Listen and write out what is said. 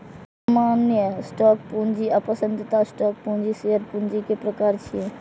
सामान्य स्टॉक पूंजी आ पसंदीदा स्टॉक पूंजी शेयर पूंजी के प्रकार छियै